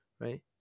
Right